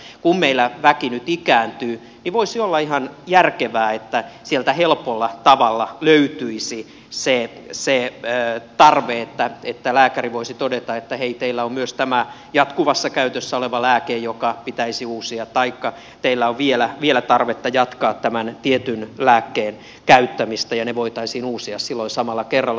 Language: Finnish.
mutta kun meillä väki nyt ikääntyy niin voisi olla ihan järkevää että sieltä helpolla tavalla löytyisi se tarve että lääkäri voisi todeta että hei teillä on myös tämä jatkuvassa käytössä oleva lääke joka pitäisi uusia taikka teillä on vielä tarvetta jatkaa tämän tietyn lääkkeen käyttämistä ja ne voitaisiin uusia silloin samalla kerralla